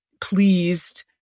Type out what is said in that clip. pleased